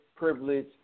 privilege